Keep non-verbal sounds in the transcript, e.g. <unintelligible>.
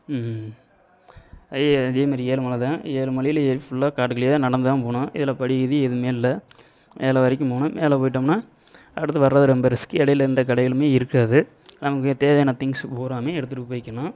<unintelligible> அதே மாரி ஏழுமலை தான் ஏழுமலையில் ஏறி ஃபுல்லாக காட்டுக்குள்ளேயே தான் நடந்து தான் போகணும் இதில் படி கிடி எதுவுமே இல்லை மேலே வரைக்கும் போகணும் மேலே போயிட்டோம்னா அடுத்து வரது ரொம்ப ரிஸ்க் இடையில எந்த கடைகளுமே இருக்காது நமக்கு தேவையான திங்க்ஸ் பூராவும் எடுத்துகிட்டு போய்க்கணும்